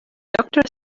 doctor